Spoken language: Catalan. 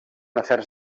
afers